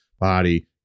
body